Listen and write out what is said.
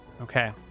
Okay